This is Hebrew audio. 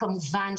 כמובן,